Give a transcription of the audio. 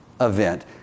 event